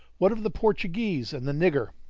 what of the portuguese and the nigger?